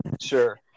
sure